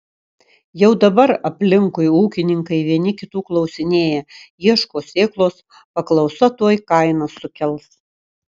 jau dabar aplinkui ūkininkai vieni kitų klausinėja ieško sėklos paklausa tuoj kainas sukels